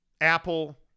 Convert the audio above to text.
Apple